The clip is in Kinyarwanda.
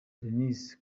denis